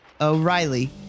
O'Reilly